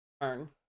earn